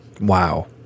wow